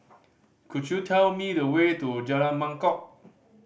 could you tell me the way to Jalan Mangkok